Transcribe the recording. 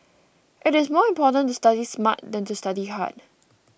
it is more important to study smart than to study hard